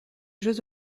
jeux